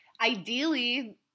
Ideally